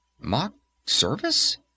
Mock-service